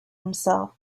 himself